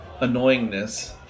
annoyingness